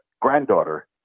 granddaughter